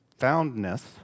foundness